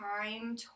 time